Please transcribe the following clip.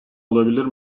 olabilir